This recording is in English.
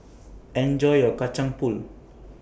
Enjoy your Kacang Pool